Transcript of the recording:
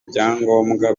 ibyangombwa